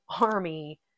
army